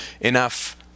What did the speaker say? enough